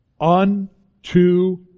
unto